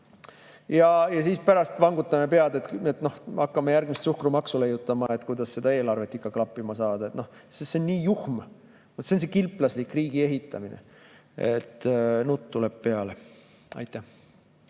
Siis pärast vangutame pead ja hakkame järgmist suhkrumaksu leiutama, millega seda eelarvet ikka klappima saada. See on nii juhm! See on nii kilplaslik riigi ehitamine, et nutt tuleb peale. Aitäh!